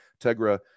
Tegra